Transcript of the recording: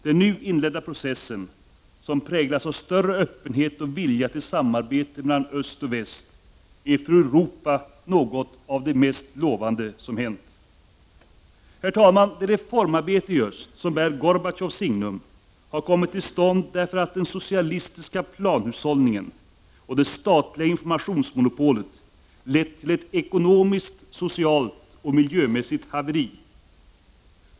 Den nu inledda processen, som präglas av större öppenhet och vilja till samarbete mellan öst och väst, är för Europa något av det mest lovande som hänt. Herr talman! Det reformarbete i öst, som bär Gorbatjovs signum, har kommit till stånd därför att den socialistiska planhushållningen och det statliga informationsmonopolet lett till ett ekonomiskt, socialt och miljömässigt haveri.